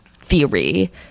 theory